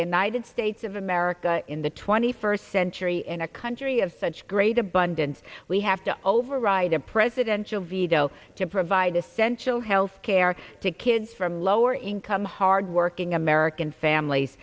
united states of america in the twenty first century in a country of such great abundance we have to override a presidential veto to provide essential health care to kids from lower income hardworking american families